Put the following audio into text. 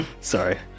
Sorry